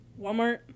Walmart